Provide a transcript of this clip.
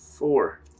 Four